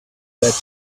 that